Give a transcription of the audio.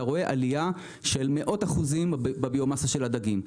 אתה רואה עלייה של מאות אחוזים בביו-מאסה של הדגים.